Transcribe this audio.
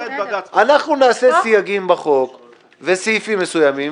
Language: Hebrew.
אנחנו נעשה סייגים בחוק וסעיפים מסוימים,